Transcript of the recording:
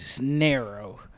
narrow